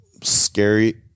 scary